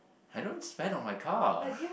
I don't spend on my car